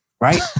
Right